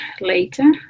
later